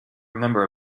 remember